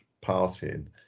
passing